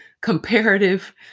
comparative